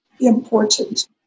important